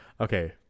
Okay